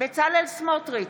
בצלאל סמוטריץ'